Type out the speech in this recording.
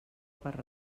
per